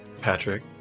patrick